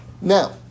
Now